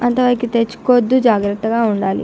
అంతవరకు తెచ్చుకోవద్దు జాగ్రత్తగా ఉండాలి